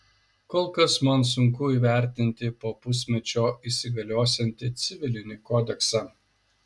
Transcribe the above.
kol kas man sunku įvertinti po pusmečio įsigaliosiantį civilinį kodeksą